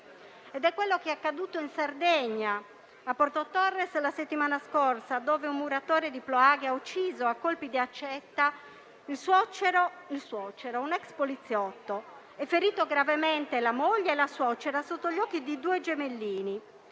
È quello che è accaduto la settimana scorsa in Sardegna, a Porto Torres, dove un muratore di Ploaghe ha ucciso a colpi di accetta il suocero, un ex poliziotto, e ferito gravemente la moglie e la suocera sotto gli occhi di due gemellini.